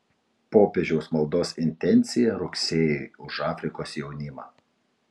popiežiaus maldos intencija rugsėjui už afrikos jaunimą